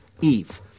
Eve